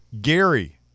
gary